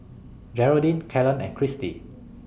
Jeraldine Kalen and Kristi